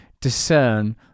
discern